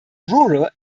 rural